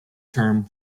term